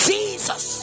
Jesus